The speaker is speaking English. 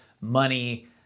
money